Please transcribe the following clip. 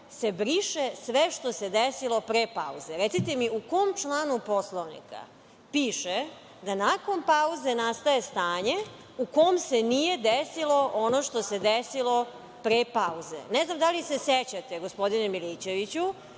se briše sve što se desilo pre pauze? Recite mi, u kom članu Poslovnika piše da nakon pauze nastaje stanje u kom se nije desilo ono što se desilo pre pauze? Ne znam da li se sećate, gospodine Milićeviću,